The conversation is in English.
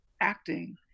acting